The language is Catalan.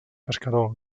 pescador